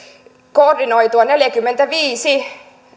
koordinoitua neljäkymmentäviisi